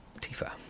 Tifa